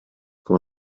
come